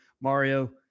Mario